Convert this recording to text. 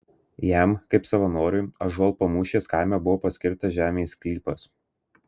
jam kaip savanoriui ąžuolpamūšės kaime buvo paskirtas žemės sklypas